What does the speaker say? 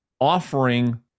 offering